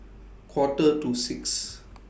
Quarter to six